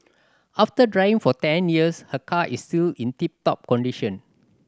after driving for ten years her car is still in tip top condition